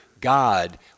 God